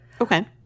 Okay